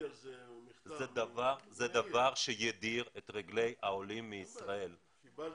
זה דבר שידיר את רגלי העולים מישראל,